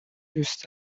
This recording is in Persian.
دوست